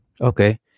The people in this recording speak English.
Okay